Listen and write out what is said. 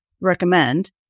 recommend